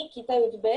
אני כיתה י"ב,